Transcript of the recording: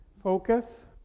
focus